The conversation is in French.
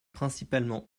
principalement